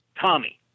Tommy